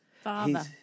father